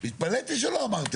לא.